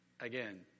Again